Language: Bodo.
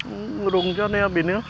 रंजानाया बेनो